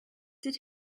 did